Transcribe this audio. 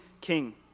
king